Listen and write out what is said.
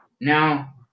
Now